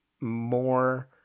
more